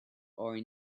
are